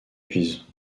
pise